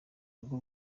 rugo